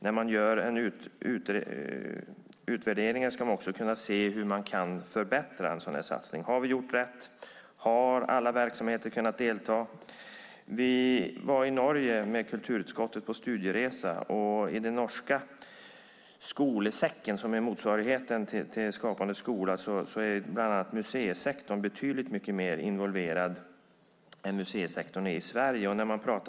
När man gör en utvärdering ska man kunna se hur man kan förbättra en sådan här satsning. Har vi gjort rätt? Har alla verksamheter kunnat delta? Kulturutskottet har varit i Norge på studieresa. I den norska Skolesekken som är motsvarigheten till Skapande skola, är museisektorn betydligt mer involverad än vad museisektorn är i Sverige.